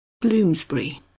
Bloomsbury